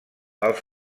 els